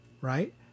right